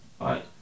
Right